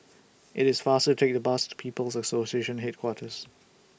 IT IS faster to Take The Bus to People's Association Headquarters